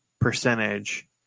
percentage